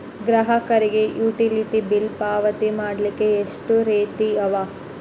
ಗ್ರಾಹಕರಿಗೆ utility bill ಪಾವತಿ ಮಾಡ್ಲಿಕ್ಕೆ ಎಷ್ಟ ರೇತಿ ಅವ?